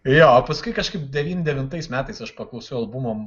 jo o paskui kažkaip devyn devintais metais aš paklausiau albumo